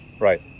Right